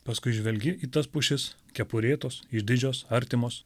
paskui žvelgi į tas pušis kepurėtos išdidžios artimos